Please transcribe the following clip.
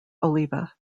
oliva